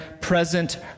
present